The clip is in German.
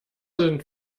sind